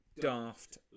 daft